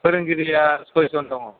फोरोंगिरिया सयजन दङ